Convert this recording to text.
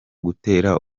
gutera